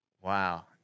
Wow